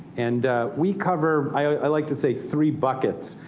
and we cover i like to say three buckets.